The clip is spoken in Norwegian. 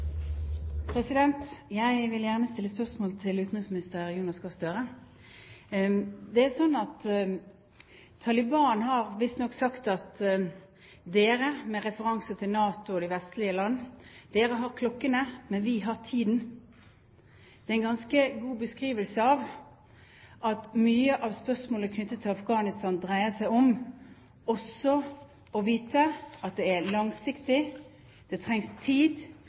hovedspørsmål. Jeg vil gjerne stille et spørsmål til utenriksminister Jonas Gahr Støre. Taliban har visstnok sagt, med referanse til NATO og de vestlige land, at dere har klokkene, men vi har tiden. Dette er en ganske god beskrivelse av at mye av spørsmålet knyttet til Afghanistan også dreier seg om å vite at det er langsiktig, det trengs tid,